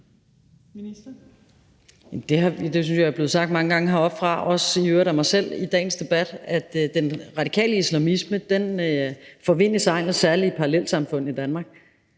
det synes jeg er blevet sagt mange gange heroppefra, i øvrigt også af mig selv i dagens debat, nemlig at den radikale islamisme får vind i sejlene særlig i parallelsamfundene i Danmark.